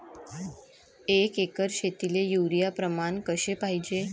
एक एकर शेतीले युरिया प्रमान कसे पाहिजे?